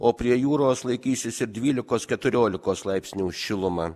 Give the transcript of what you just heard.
o prie jūros laikysis ir dvylikos keturiolika laipsnių šiluma